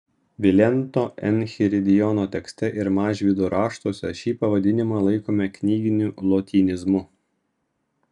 vilento enchiridiono tekste ir mažvydo raštuose šį pavadinimą laikome knyginiu lotynizmu